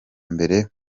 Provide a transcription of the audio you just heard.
mbere